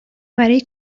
برای